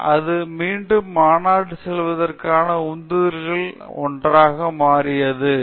எனவே அது மீண்டும் மாநாட்டிற்கு செல்வதற்கான உந்துதல்களில் ஒன்றாக மாறியது அந்த மாநாட்டில் ஒரு பத்திரிகை இருந்தால் அது பெரிய விஷயம்